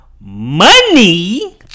money